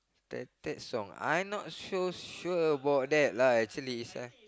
ted ted song I'm not so sure sure about that lah actually sia